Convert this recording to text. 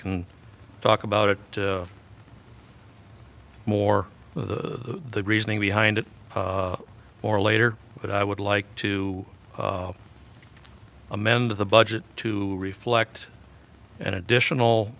can talk about it more with the reasoning behind it or later but i would like to amend the budget to reflect an additional